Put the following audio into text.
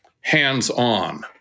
hands-on